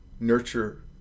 nurture